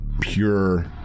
pure